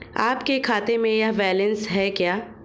आपके खाते में यह बैलेंस है क्या?